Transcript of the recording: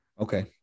Okay